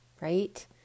Right